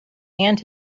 and